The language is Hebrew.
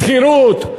שכירות.